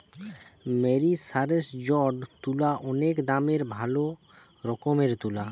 মেরিসারেসজড তুলা অনেক দামের ভালো রকমের তুলা